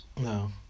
No